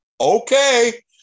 okay